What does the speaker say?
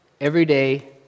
everyday